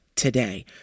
Today